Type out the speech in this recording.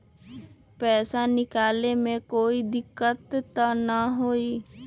पैसा निकाले में कोई दिक्कत त न होतई?